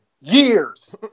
years